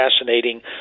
fascinating